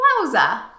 Wowza